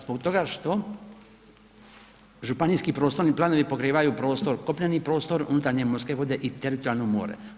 Zbog toga što županijski prostorni planovi pokrivaju prostor kopneni prostor, unutarnje morske vode i teritorijalno more.